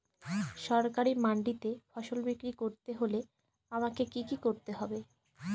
সরকারি মান্ডিতে ফসল বিক্রি করতে হলে আমাকে কি কি করতে হবে?